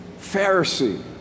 Pharisee